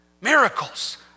miracles